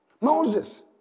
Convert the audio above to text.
Moses